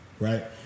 Right